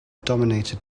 dominated